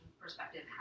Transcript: perspective